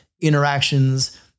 interactions